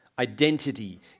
Identity